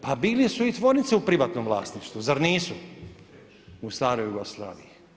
Pa bile su i tvornice u privatnom vlasništvu, zar nisu u staroj Jugoslaviji?